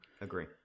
Agree